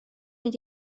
mynd